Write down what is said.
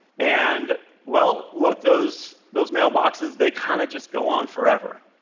and, well look, those those mailboxes, they kind of just go on forever.